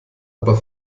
aber